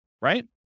right